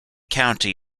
county